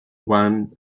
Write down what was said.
wang